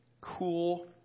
Cool